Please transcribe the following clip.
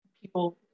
people